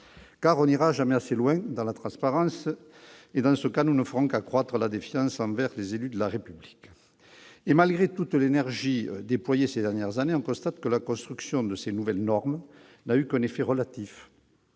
Car on n'ira jamais assez loin dans la transparence et, dans ce cas, nous ne ferons qu'accroître la défiance envers les élus de la République ! Malgré toute l'énergie déployée ces dernières années, on constate que la construction de ces nouvelles normes n'a eu qu'un effet relatif